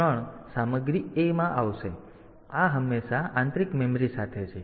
તેથી આ હંમેશા આંતરિક મેમરી સાથે છે